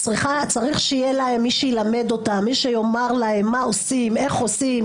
צריך שיהיה מי שילמד אותם ויאמר להם מה עושים ואיך עושים.